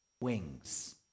wings